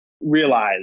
realize